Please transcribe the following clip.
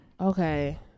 Okay